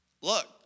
look